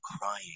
crying